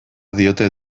diote